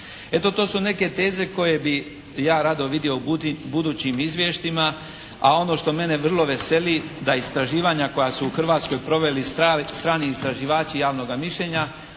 Eto to su neke teze koje bih ja rado vidio u budućim izvješćima a ono što mene vrlo veseli da istraživanja koja su u Hrvatskoj proveli strani istraživači javnoga mišljenja